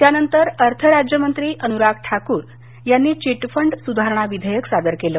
त्यानंतर अर्थ राज्य मंत्री अनुराग ठाकूर यांनी चीट फंड सुधारणा विधेयक सादर केलं